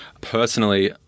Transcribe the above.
Personally